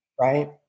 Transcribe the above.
right